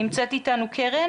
נמצאת איתנו קרן